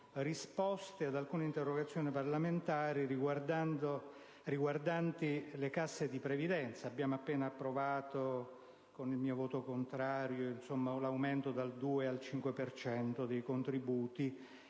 risposta ad alcune interrogazioni riguardanti le casse di previdenza. È stato appena approvato, con il mio voto contrario, l'aumento dal 2 al 5 per cento dei